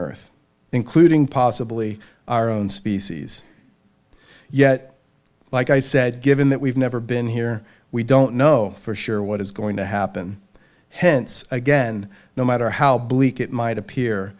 earth including possibly our own species yet like i said given that we've never been here we don't know for sure what is going to happen hence again no matter how bleak it might appear